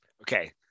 Okay